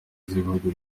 z’ibihugu